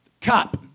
Cup